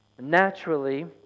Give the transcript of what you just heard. Naturally